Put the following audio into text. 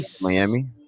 Miami